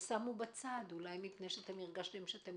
ושמו בצד אולי כי הרגשתם שאינכם